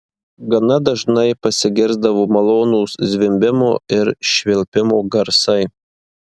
gana dažnai pasigirsdavo malonūs zvimbimo ir švilpimo garsai